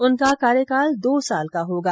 उनका कार्यकाल दो साल का होगा